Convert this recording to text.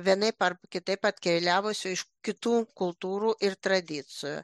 vienaip ar kitaip atkeliavusių iš kitų kultūrų ir tradicijų